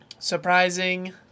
surprising